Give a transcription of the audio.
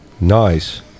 Nice